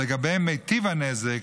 שלגביהם מיטיב הנזק,